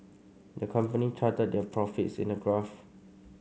the company charted their profits in a graph